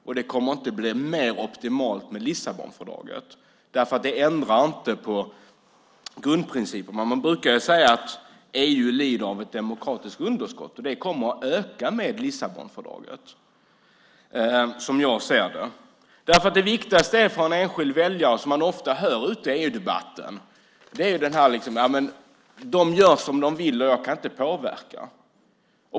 Och det kommer inte att bli mer optimalt med Lissabonfördraget, därför att det ändrar inte på grundprincipen. Man brukar säga att EU lider av ett demokratiskt underskott, och det kommer att öka med Lissabonfördraget, som jag ser det. Det som man ofta hör från enskilda väljare i EU-debatten är: De gör som de vill, och jag kan inte påverka.